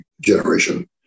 generation